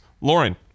Lauren